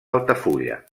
altafulla